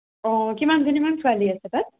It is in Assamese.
অঁ কিমানজনীমান ছোৱালী আছে তাত